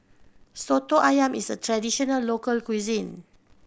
Soto Ayam is a traditional local cuisine